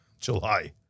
July